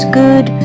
good